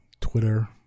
Twitter